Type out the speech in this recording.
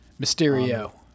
Mysterio